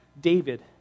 David